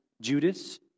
Judas